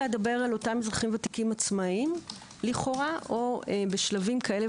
אדבר על אותם אזרחים ותיקים עצמאיים לכאואה או בשלבים כאלה